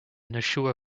nashua